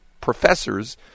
professors